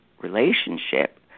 relationship